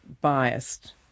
biased